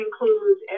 includes